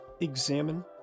examine